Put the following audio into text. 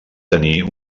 tenir